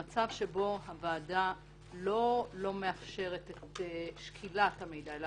המצב שבו הוועדה לא לא מאפשרת את שקילת המידע אלא